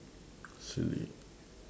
silly